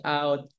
out